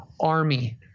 army